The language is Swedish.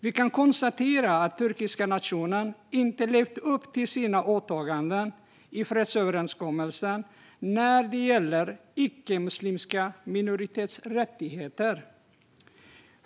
Vi kan konstatera att den turkiska nationen inte levt upp till sina åtaganden i fredsöverenskommelsen när det gäller icke-muslimska minoriteters rättigheter.